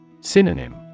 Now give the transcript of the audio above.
Synonym